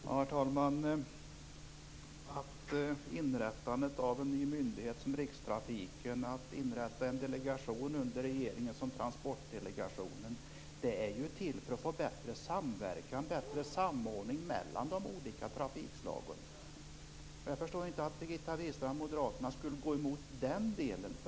Herr talman! Syftet med att inrätta en ny myndighet som rikstrafiken och att inrätta en delegation under regeringen som Transportdelegationen är ju att få bättre samverkan och samordning mellan de olika trafikslagen. Jag förstår inte att Birgitta Wistrand och moderaterna går emot den delen.